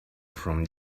from